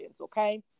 okay